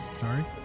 sorry